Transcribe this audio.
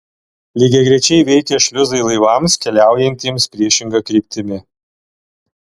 lygiagrečiai veikia šliuzai laivams keliaujantiems priešinga kryptimi